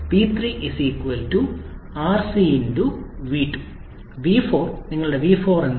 v3 rcv2 v4 നിങ്ങളുടെ v4 എന്താണ്